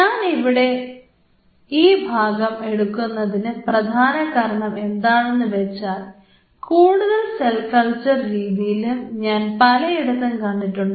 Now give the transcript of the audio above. ഞാൻ ഇവിടെ ഈ ഭാഗം എടുക്കുന്നതിന് പ്രധാന കാരണം എന്താണെന്ന് വെച്ചാൽ കൂടുതൽ സെൽ കൾച്ചർ രീതിയിലും ഞാൻ പലയിടത്തും കണ്ടിട്ടുണ്ട്